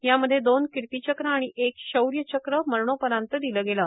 यामध्ये दोन किर्तीचक्र आणि एक शौर्यचक्र मरणोपरांत दिलं गेलं